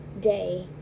day